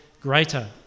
greater